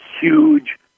huge